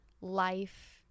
life